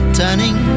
turning